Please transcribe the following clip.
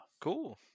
Cool